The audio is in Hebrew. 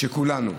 שכולנו,